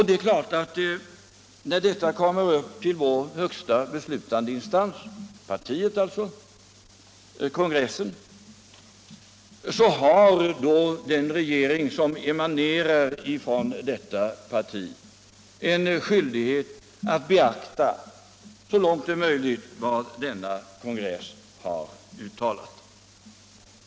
Det är klart att när en sådan fråga kommer upp i högsta beslutande instans, dvs. partikongressen, har den regering som emanerar från detta parti en skyldighet att så långt det är möjligt beakta vad kongressen har uttalat.